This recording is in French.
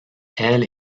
elle